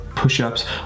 push-ups